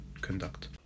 conduct